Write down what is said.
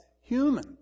human